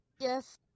Yes